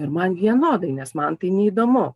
ir man vienodai nes man tai neįdomu